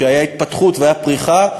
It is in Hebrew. שהייתה התפתחות והייתה פריחה,